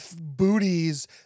booties